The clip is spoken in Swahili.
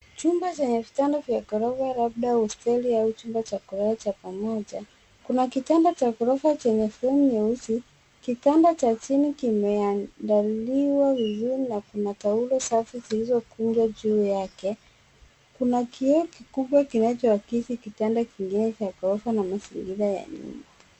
Chumba chenye vitanda vya ghorofa labda hosteli au chumba cha kulala cha pamoja, kuna kitanda chenye fremu nyeusi. Kitanda cha chini kimeandaliwa vizuri na kuna taulo safi zilizokunjwa juu yake na kioo kikubwa kinacho akisi kitanda kingine cha ghorofa na mazingira ya nyuma.